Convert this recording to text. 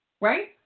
right